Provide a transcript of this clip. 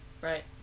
Right